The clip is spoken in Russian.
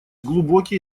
глубокие